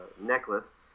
necklace